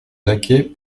laquais